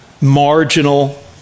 marginal